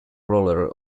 roller